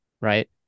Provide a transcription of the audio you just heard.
right